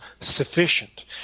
sufficient